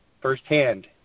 firsthand